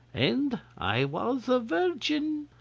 and i was a virgin!